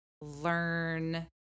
learn